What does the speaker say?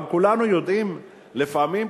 גם כולנו יודעים שלפעמים,